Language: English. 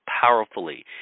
powerfully